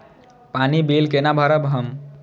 पानी बील केना भरब हम?